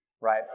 right